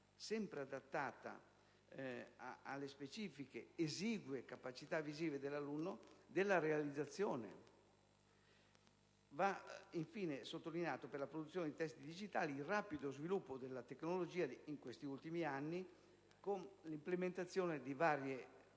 sempre adattata alle specifiche esigue capacità visive dell'alunno, della realizzazione; per la produzione di testi digitali il rapido sviluppo della tecnologia di questi ultimi anni con l'implementazione di varie opzioni